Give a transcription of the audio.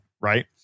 right